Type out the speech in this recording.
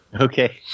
Okay